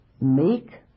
make